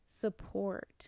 support